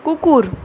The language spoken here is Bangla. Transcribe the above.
কুকুর